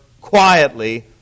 quietly